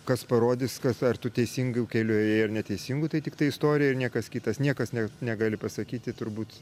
kas parodys kas ar tu teisingu keliu ėjai ar neteisingu tai tiktai istorija ir niekas kitas niekas negali pasakyti turbūt